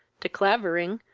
de clavering,